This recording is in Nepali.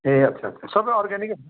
ए अच्छा अच्छा सबै अर्ग्यानिक